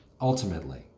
ultimately